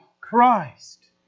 Christ